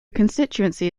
constituency